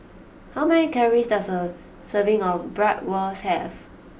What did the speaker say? how many calories does a serving of Bratwurst have